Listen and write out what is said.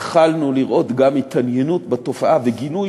התחלנו לראות גם התעניינות בתופעה וגינוי